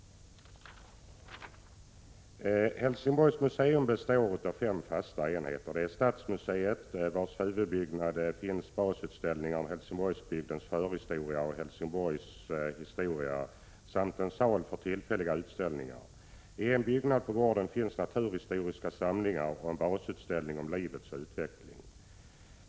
Helsingborgs museum består av fem fasta enheter, i Stadsmuseets huvudbyggnad finns basutställningar om Helsingborgsbygdens förhistoria och Helsingborgs historia samt en sal för tillfälliga utställningar. I en byggnad på gården finns naturhistoriska samlingar och en basutställning om livets utveckling.